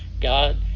God